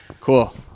Cool